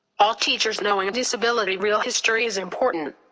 all teachers knowing disability real history is important.